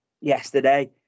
yesterday